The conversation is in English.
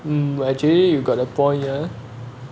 mm actually you got a point here